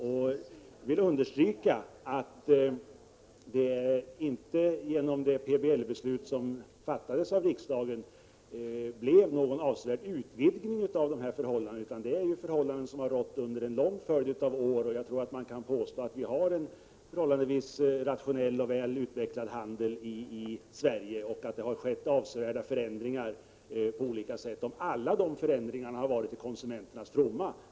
Jag vill understryka att det inte genom det PBL-beslut som fattades av riksdagen blev någon avsevärd utvidgning av dessa möjligheter — utan de här förhållandena har rått under en lång följd av år, och jag vill påstå att vi har en förhållandevis rationell och väl utbyggd handel i Sverige och att avsevärda förändringar har skett. Däremot tror jag att man kan diskutera om alla de förändringarna har varit till konsumenternas fromma.